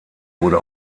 wurde